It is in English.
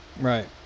Right